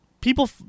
people